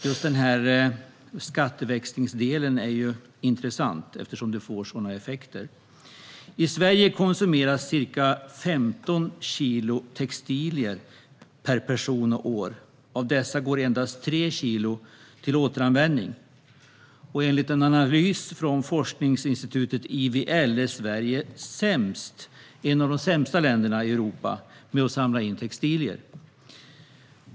Just skatteväxlingsdelen är intressant eftersom det får sådana effekter. I Sverige konsumeras ca 15 kilo textilier per person och år. Av dessa går endast tre kilo till återanvändning. Enligt en analys från forskningsinstitutet IVL är Sverige ett av de sämsta länderna i Europa när det gäller att samla in textilier.